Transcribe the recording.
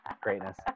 greatness